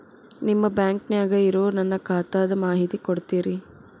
ನಿಮ್ಮ ಬ್ಯಾಂಕನ್ಯಾಗ ಇರೊ ನನ್ನ ಖಾತಾದ ಮಾಹಿತಿ ಕೊಡ್ತೇರಿ?